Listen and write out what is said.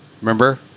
remember